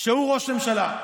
שהוא ראש ממשלה?